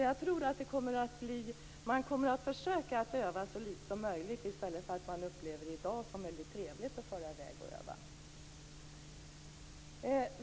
Jag tror alltså att man kommer att försöka att öva så litet som möjligt, i stället för att som i dag uppleva att det är väldigt trevligt att fara i väg och öva.